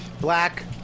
black